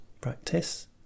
practice